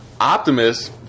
Optimus